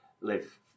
live